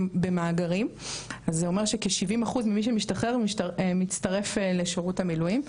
במאגרים אז זה אומר שכ- 70 אחוז ממי שמשתחרר מצטרף לשירות המילואים,